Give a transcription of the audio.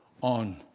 on